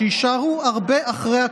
ויישארו הרבה אחרי הקורונה.